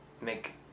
make